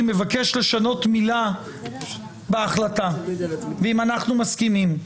מבקש לשנות מילה בהחלטה ואם אנחנו מסכימים.